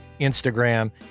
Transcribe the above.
Instagram